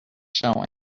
showing